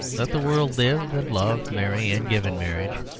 let the world live and love, marry and give in marriage,